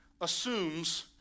assumes